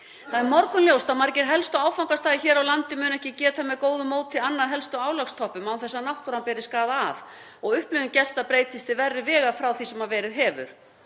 Það er morgunljóst að margir helstu áfangastaðir hér á landi munu ekki geta með góðu móti annað helstu álagstoppum án þess að náttúran beri skaða af og upplifun gesta breytist til verri vegar frá því sem verið hefur.